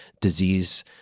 disease